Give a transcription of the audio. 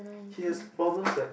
he has problems like